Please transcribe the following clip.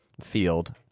field